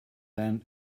than